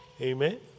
amen